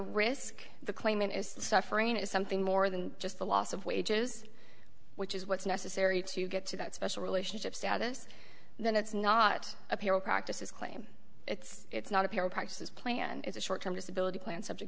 risk the claimant is suffering is something more than just the loss of wages which is what's necessary to get to that special relationship status then it's not a payroll practices claim it's not a p r practices play and is a short term disability plan subject